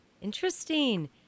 Interesting